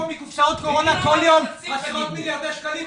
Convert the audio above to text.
מעיפים פה מקופסאות קורונה כל יום עשרות מיליארדי שקלים.